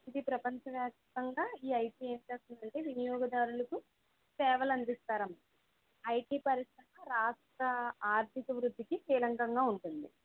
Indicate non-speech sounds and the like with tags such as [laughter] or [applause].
ఇది ప్రపంచవ్యాప్తంగా ఈ ఐటి [unintelligible] వినియోగదారులకు సేవలు అందిస్తారు అమ్మా ఐటి పరిశ్రమలు రాష్ట్ర ఆర్ధిక వృద్ధికి కీలకంగా ఉంటుంది